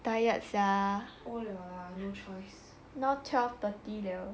tired sia now twelve thirty liao